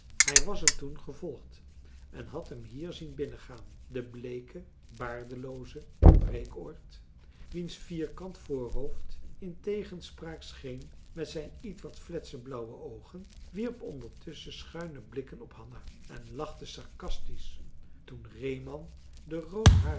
hij was hem toen gevolgd en had hem hier zien binnengaan de bleeke baardelooze breekoord wiens vierkant voorhoofd in tegenspraak scheen met zijn ietwat fletse blauwe oogen wierp ondertusschen schuine blikken op hanna en lachte sarcastisch toen reeman de